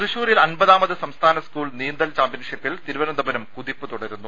തൃശൂരിൽ അൻപതാമത് സംസ്ഥാന സ്കൂൾ നീന്തൽ ചാമ്പ്യൻഷി പ്പിൽ തിരുവനന്തപുരം കുതിപ്പ് തുടരുന്നു